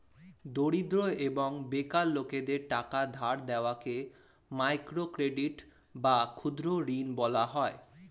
দরিদ্র এবং বেকার লোকদের টাকা ধার দেওয়াকে মাইক্রো ক্রেডিট বা ক্ষুদ্র ঋণ বলা হয়